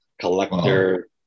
collector